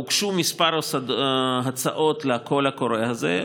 הוגשו כמה הצעות לקול קורא הזה,